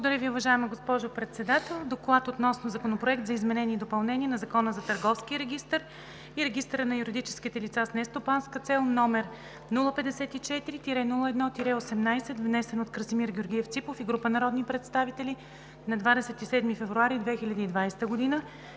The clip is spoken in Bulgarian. Благодаря Ви, уважаема госпожо Председател. „Доклад относно Законопроект за изменение и допълнение на Закона за търговския регистър и регистъра на юридическите лица с нестопанска цел, № 054-01-18, внесен от Красимир Георгиев Ципов и група народни представители на 27 февруари 2020 г.,